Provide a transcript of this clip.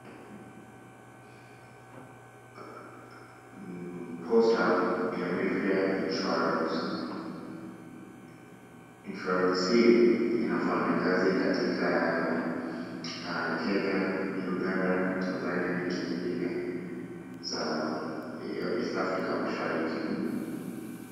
Poster ya Mayfair Insurance. Insurance hii inafanya kazi katika Kenya, Uganda, Tanzania na nchi zingine za East Afrika mashariki.